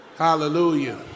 Hallelujah